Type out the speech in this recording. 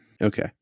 Okay